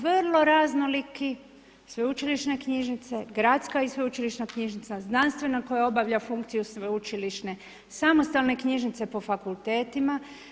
Vrlo raznoliki sveučilišne knjižnice, gradska i sveučilišna knjižnica, znanstvena koja obavlja funkciju sveučilišne, samostalne knjižnice po fakultetima.